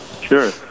Sure